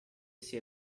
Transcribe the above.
essi